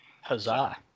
Huzzah